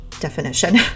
definition